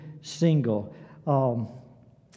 single